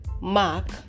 mark